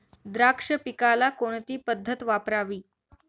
द्राक्ष पिकाला कोणती पद्धत वापरावी?